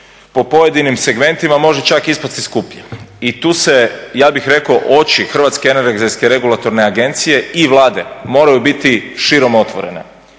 po pojedinim segmentima može čak ispasti skuplji. I tu se ja bih rekao oči Hrvatske energetske regulatorne agencije i Vlade moraju biti širom otvorene.